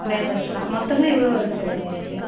லேபர்ஸ்லாம் மொத்தமாக எவ்வளோ வருன்னு சொல்லுங்கள் எனக்கு